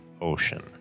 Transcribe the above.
ocean